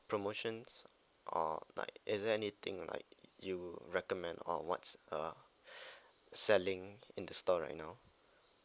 promotions or like is there anything like you recommend or what's uh selling in the store right now